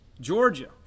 Georgia